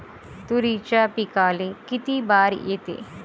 तुरीच्या पिकाले किती बार येते?